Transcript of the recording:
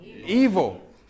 evil